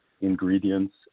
ingredients